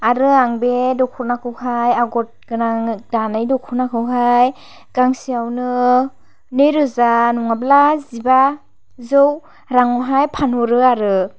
आरो आं बे दख'नाखौ हाय आगर गोनां दानाय दख'नाखौहाय गांसेयावनो नै रोजा नङाब्ला जिबाजौ रां आवहाय फानहरो आरो